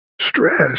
stress